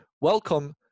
Welcome